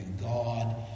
God